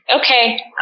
Okay